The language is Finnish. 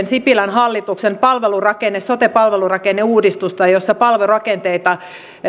sipilän hallituksen sote palvelurakenneuudistusta jossa palvelurakenteita